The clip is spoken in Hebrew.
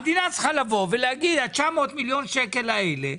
המדינה צריכה לבוא ולהגיד, ה-900 מיליון שקל האלה,